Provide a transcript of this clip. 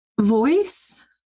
voice